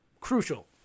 crucial